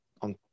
on